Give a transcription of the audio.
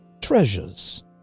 treasures